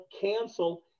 cancel